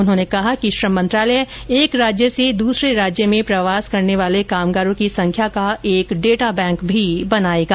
उन्होंने कहा कि श्रम मंत्रालय एक राज्य से दूसरे राज्य में प्रवास करने वाले कामगारों की संख्या का एक डेटा बैंक भी बनाएगा